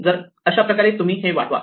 तर अशाप्रकारे तुम्ही हे वाढवा